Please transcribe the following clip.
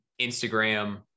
Instagram